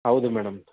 ಹೌದು ಮೇಡಮ್